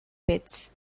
pits